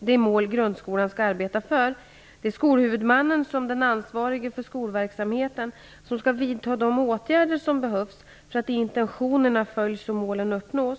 de mål grundskolan skall arbeta för. Det är skolhuvudmannen som den ansvarige för skolverksamheten som skall vidta de åtgärder som behövs för att intentionerna följs och målen uppnås.